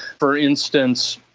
for instance,